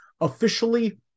officially